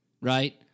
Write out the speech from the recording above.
right